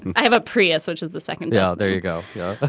and i have a prius, which is the second yeah. there you go. yeah.